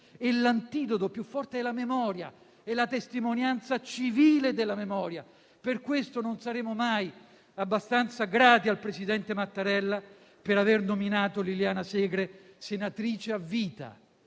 l'antidoto più forte è la memoria, è la testimonianza civile della memoria. Per questo non saremo mai abbastanza grati al presidente Mattarella per aver nominato Liliana Segre senatrice a vita.